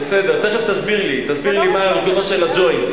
תיכף תסביר לי, תסביר לי מה ייעודו של ה"ג'וינט".